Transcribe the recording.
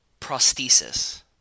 Prosthesis